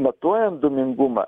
matuojant dūmingumą